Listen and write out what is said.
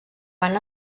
van